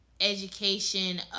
Education